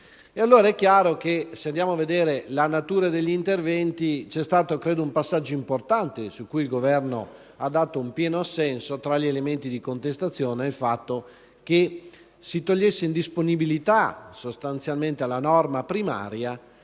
del Paese. Se andiamo a vedere la natura degli interventi, c'è stato, credo, un passaggio importante, su cui il Governo ha dato pieno assenso, tra gli elementi di contestazione: il fatto che si togliesse indisponibilità, sostanzialmente, alla norma primaria,